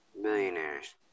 Millionaires